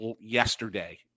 yesterday